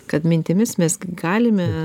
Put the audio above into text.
kad mintimis mes g galime